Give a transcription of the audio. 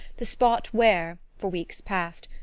the spot where, for weeks past,